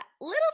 little